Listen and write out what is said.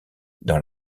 dans